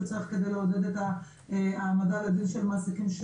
צריך כדי לעודד את העמדה לדין של המעסיקים,